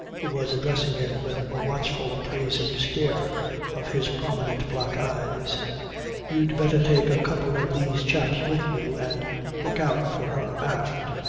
who was addressing him with a watchful appraising stare of his prominent black eyes you'd better take a couple of these chaps with you and look out for her aft.